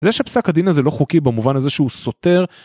זה שפסק הדין הזה לא חוקי במובן הזה שהוא סותר.